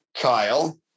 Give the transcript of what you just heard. kyle